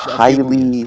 highly